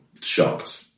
shocked